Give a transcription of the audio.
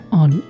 on